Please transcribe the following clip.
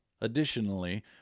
Additionally